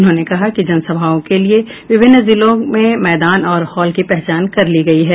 उन्होंने कहा कि जनसभाओं के लिये विभिन्न जिलों में मैदान और हॉल की पहचान कर ली गई है